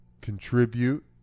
contribute